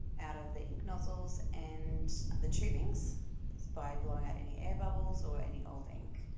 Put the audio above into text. out of the ink nozzles and the tubings just by blowing out any air bubbles or any old ink.